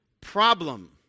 problem